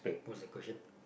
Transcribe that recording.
what's the question